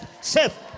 safe